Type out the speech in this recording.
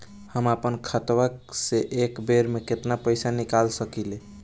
हम आपन खतवा से एक बेर मे केतना पईसा निकाल सकिला?